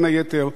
בין היתר,